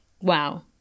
wow